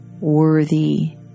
worthy